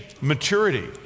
maturity